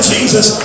Jesus